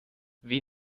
wie